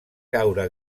caure